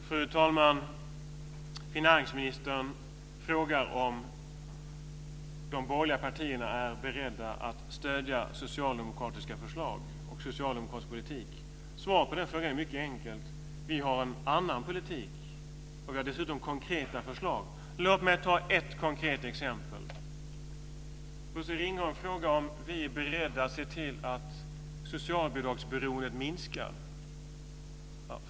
Fru talman! Finansministern frågar om de borgerliga partierna är beredda att stödja socialdemokratiska förslag och socialdemokratisk politik. Svaret på frågan är mycket enkelt: Vi har en annan politik, och vi har dessutom konkreta förslag. Låt mig ta ett konkret exempel. Bosse Ringholm frågar om vi är beredda att se till att socialbidragsberoendet minskar.